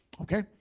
okay